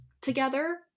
together